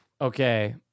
Okay